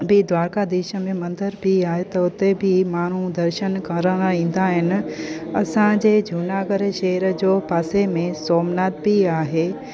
बि द्वारकाधीश में मंदिर बि आहे त उते बि माण्हू दर्शन करण ईंदा आहिनि असांजे जूनागढ़ शहर जो पासे में सौमनाथ बि आहे